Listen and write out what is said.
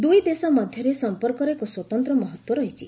ଦୂଇ ଦେଶ ମଧ୍ୟରେ ସମ୍ପର୍କର ଏକ ସ୍ୱତନ୍ତ୍ର ମହତ୍ୱ ରହିଛି